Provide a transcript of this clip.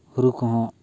ᱦᱩᱲᱩ ᱠᱚᱦᱚᱸ